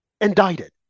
indicted